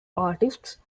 artists